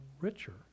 richer